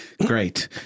Great